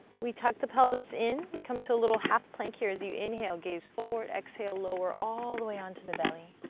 we tuck the pelvis in, we come to a little half plank here. as you inhale gaze forward, exhale lower all the way onto the belly.